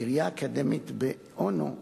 הקריה האקדמית אונו,